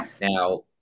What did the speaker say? now